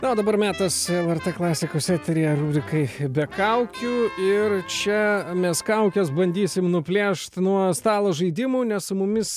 na o dabar metas lrt klasikos eteryje rubrikai be kaukių ir čia mes kaukes bandysim nuplėšt nuo stalo žaidimų nes su mumis